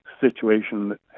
situation